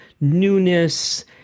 newness